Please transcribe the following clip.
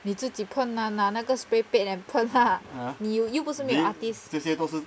你自己喷拿拿那个 spray paint and 喷 lah 你又不是没有 artist